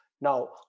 Now